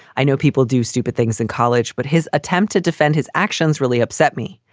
i know people do stupid things in college, but his attempt to defend his actions really upset me.